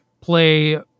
play